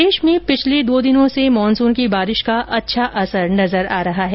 प्रदेश में पिछले दो दिनों से मानसून की बारिश का अच्छा असर नजर आ रहा है